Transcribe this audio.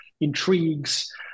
intrigues